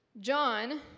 John